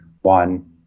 one